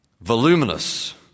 voluminous